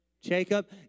Jacob